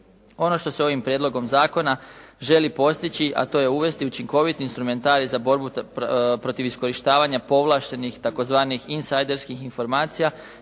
Ono što se ovim prijedlogom zakona želi postići, a to je uvesti učinkovit instrumentarij za borbu protiv iskorištavanja povlaštenih tzv. insajderskih informacija